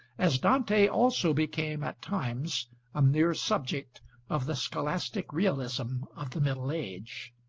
as dante also became at times a mere subject of the scholastic realism of the middle age.